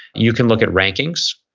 you can look at rankings,